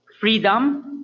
freedom